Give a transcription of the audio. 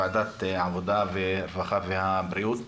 אני מתכבד לפתוח את ישיבת ועדת העבודה והרווחה והבריאות,